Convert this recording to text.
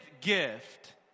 gift